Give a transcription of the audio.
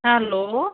hello